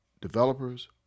developers